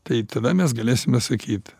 tai tada mes galėsime sakyt